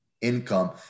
income